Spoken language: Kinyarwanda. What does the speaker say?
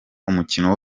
umukino